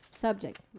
subject